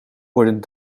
worden